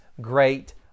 great